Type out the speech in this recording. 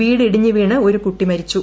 വീട് ഇടിഞ്ഞ് വീണ് ഒരു കുട്ടി മരിച്ചു